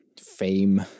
fame